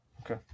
Okay